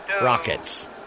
rockets